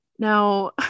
Now